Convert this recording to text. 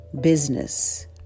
business